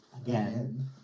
again